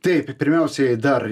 taip pirmiausiai dar